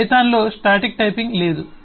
పైథాన్లో static typing లేదు